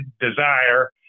desire